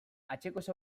atzekoz